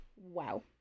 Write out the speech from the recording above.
Wow